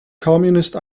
communist